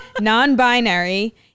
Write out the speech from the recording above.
non-binary